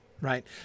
right